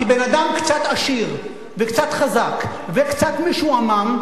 כי בן אדם קצת עשיר וקצת חזק וקצת משועמם,